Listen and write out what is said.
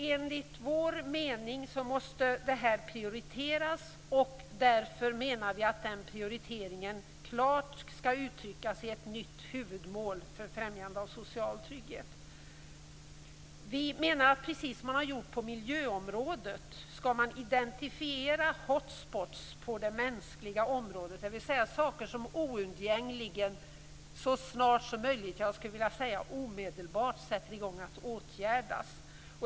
Enligt vår mening måste detta prioriteras, och därför menar vi att den prioriteringen klart skall uttryckas i ett nytt huvudmål för främjande av social trygghet. Vi menar att precis som det har skett på miljöområdet skall hot spots identifieras på det mänskliga området, dvs. saker som oundgängligen - omedelbart - måste åtgärdas.